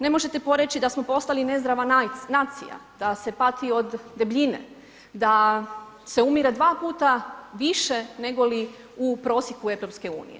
Ne možete poreći, da smo postali nezdrava nacija, da se pati od debljine, da se umire 2 puta više nego li u prosjeku EU.